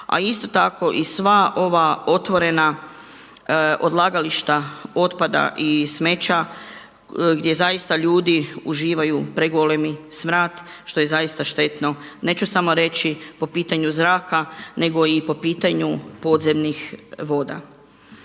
a isto tako i sva ova otvorena odlagališta otpada i smeća gdje zaista ljudi uživaju pregolemi smrad što je zaista štetno. Neću samo reći po pitanju zraka nego i po pitanju podzemnih voda.